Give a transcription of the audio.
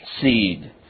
seed